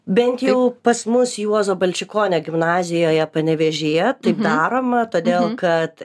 bent jau pas mus juozo balčikonio gimnazijoje panevėžyje taip daroma todėl kad